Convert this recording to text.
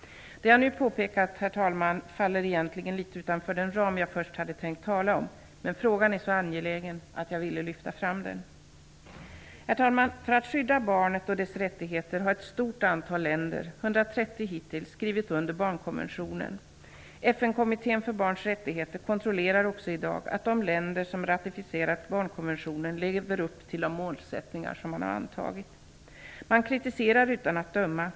Det jag nu påpekat, herr talman, faller egentligen litet utan för den ram jag först hade tänkt tala om. Men frågan är så angelägen att jag ville lyfta fram den. Herr talman! För att skydda barnet och dess rättigheter har ett stort antal länder, 130 hittills, skrivit under barnkonventionen. FN-kommittén för barns rättigheter kontrollerar också i dag att de länder som ratificerat barnkonventionen lever upp till de målsättningar som de har antagit. Man kritiserar utan att döma.